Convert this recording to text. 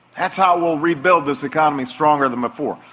that's how we'll rebuild this economy stronger than before,